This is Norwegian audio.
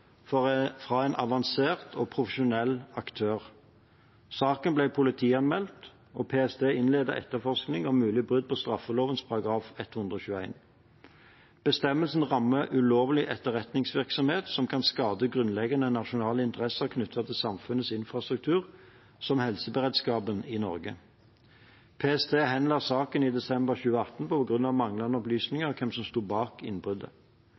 fra en avansert og profesjonell aktør. Saken ble politianmeldt, og PST innledet etterforskning om mulig brudd på straffelovens § 121. Bestemmelsen rammer ulovlig etterretningsvirksomhet som kan skade grunnleggende nasjonale interesser knyttet til samfunnets infrastruktur, som helseberedskapen i Norge. PST henla saken i desember 2018 på grunn av manglende opplysninger om hvem som sto bak